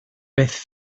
beth